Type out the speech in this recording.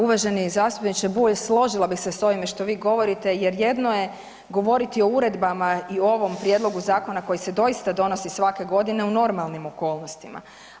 Uvaženi zastupniče Bulj složila bih se sa ovim što vi govorite jer jedno je govoriti o uredbama i ovom prijedlogu zakona koji se doista donosi svake godine u normalnim okolnostima.